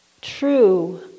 true